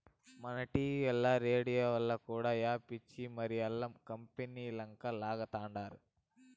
మన టీవీల్ల, రేడియోల్ల కూడా యాడ్స్ ఇచ్చి మరీ ఆల్ల కంపనీలంక లాగతండారు